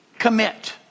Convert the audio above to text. commit